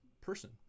person